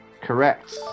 Correct